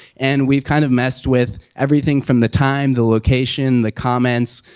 and we've kind of messed with everything from the time, the location, the comments,